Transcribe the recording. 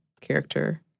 character